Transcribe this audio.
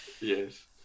Yes